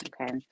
Okay